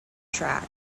track